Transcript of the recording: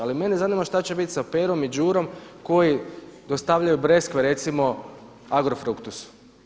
Ali mene zanima što će biti sa Perom i Đurom koji dostavljaju breskve recimo Agrofructusu.